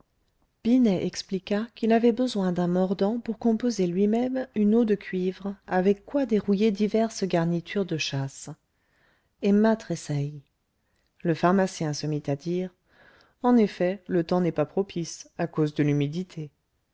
binet expliqua qu'il avait besoin d'un mordant pour composer luimême une eau de cuivre avec quoi dérouiller diverses garnitures de chasse emma tressaillit le pharmacien se mit à dire en effet le temps n'est pas propice à cause de l'humidité